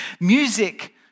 Music